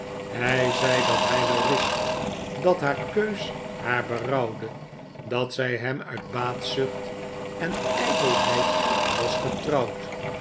hrj zei dat hij wel wist dat haar keus haar berouwde dat zij hem uit baatzucht en ijdelheid had getrouwd